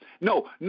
No